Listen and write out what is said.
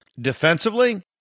Defensively